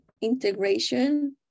integration